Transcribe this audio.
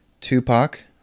Tupac